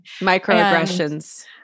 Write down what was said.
Microaggressions